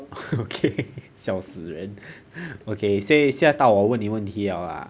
okay 笑死人 okay say 现在到我问你问题了啦